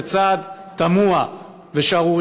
בצעד תמוה ושערורייתי,